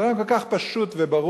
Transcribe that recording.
זה רעיון כל כך פשוט וברור,